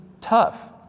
tough